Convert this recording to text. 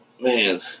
Man